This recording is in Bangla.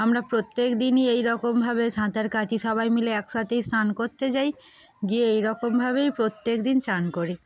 আমরা প্রত্যেক দিনই এই রকমভাবে সাঁতার কাাজি সবাই মিলে একসাথেই স্নান করতে যাই গিয়ে এইরকমভাবেই প্রত্যেক দিন স্নান করি